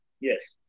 Yes